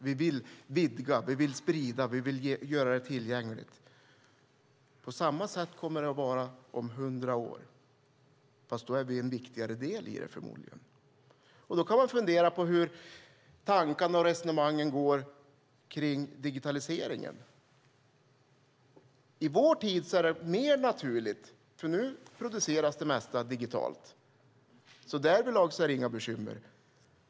Vi vill vidga, vi vill sprida och vi vill göra det tillgängligt. På samma sätt kommer det att vara om 100 år, fast då är vi en förmodligen en viktigare del i det. Man kan fundera på hur tankarna och resonemangen går kring digitaliseringen. I vår tid är det mer naturligt, för nu produceras det mesta digitalt. Därvidlag är det inga bekymmer.